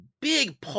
big